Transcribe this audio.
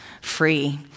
free